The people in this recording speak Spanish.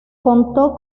contó